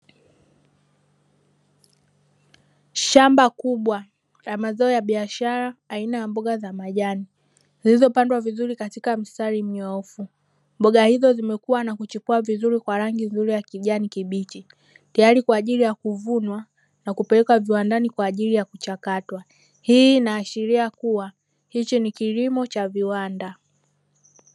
Shamba kubwa la mazao ya biashara aina ya mboga za majani, zilizopandwa vizuri katika mstari mnyoofu. Mboga hizo zimekua na kuchipua vizuri kwa rangi nzuri ya kijani kibichi, tayari kwa ajili ya kuvunwa na kupeleka viwandani kwa ajili ya kuchakatwa. Hii inaashiria kuwa hiki ni kilimo cha viwanda.